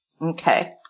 Okay